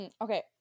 Okay